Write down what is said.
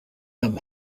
them